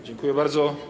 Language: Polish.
Dziękuję bardzo.